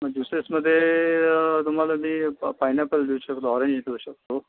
ज्युसेसमध्ये तुम्हाला मी पायनॅपल देऊ शकतो ऑरेन्ज देऊ शकतो